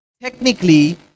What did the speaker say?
technically